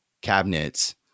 cabinets